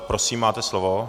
Prosím, máte slovo.